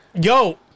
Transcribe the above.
Yo